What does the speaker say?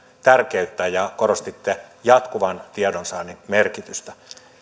tärkeyttä ja korostitte jatkuvan tiedonsaannin merkitystä